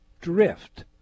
drift